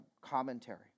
commentary